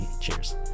cheers